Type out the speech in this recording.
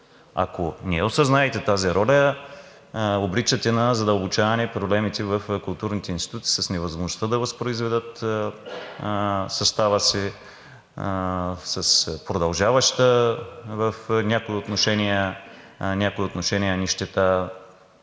Ако не я осъзнаете тази роля, обричате на задълбочаване проблемите в културните институти с невъзможността да възпроизведат състава си, с продължаваща в някои отношения нищета.